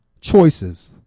choices